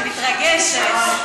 אני מתרגשת.